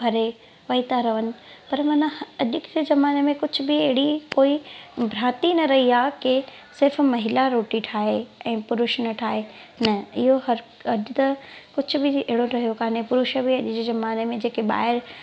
भरे वेही था रहनि पर माना अॼु जे जमाने में कुझु बि अहिड़ी कोई भ्राती न रही आहे की सिर्फ़ु महिला रोटी ठाहे ऐं पुरुष न ठाहे न इहो हर अॼु त कुझु बि अहिड़ो रहियो काने पुरुष बि अॼु जे जमाने में जेके ॿाहिरि